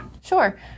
Sure